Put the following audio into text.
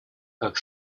как